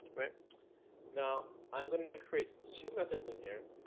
right now i'm going to create two methods in here.